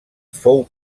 fou